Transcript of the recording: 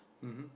mmhmm